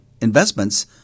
investments